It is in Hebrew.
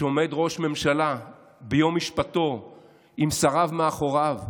שעומד ראש ממשלה ביום משפטו עם שריו מאחוריו,